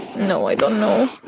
no, i don't know.